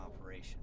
operation